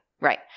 right